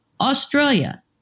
Australia